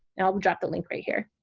i'll drop the link right here.